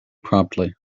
promptly